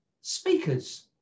speakers